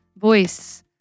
voice